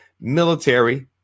military